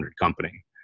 company